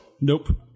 nope